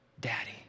daddy